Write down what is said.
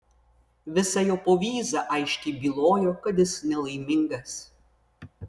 visa jo povyza aiškiai bylojo kad jis nelaimingas